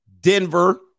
Denver